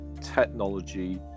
technology